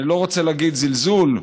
אני לא רוצה להגיד זלזול,